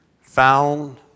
found